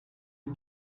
you